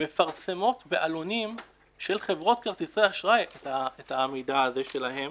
מפרסמות בעלונים של חברות כרטיסי אשראי את המידע שלהן